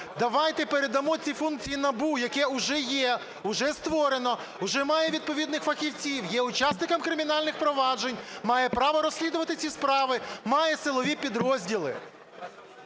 Давайте передамо ці функції НАБУ, яке вже є, вже створено, вже має відповідних фахівців, є учасником кримінальних проваджень, має право розслідувати ці справи, має силові підрозділи.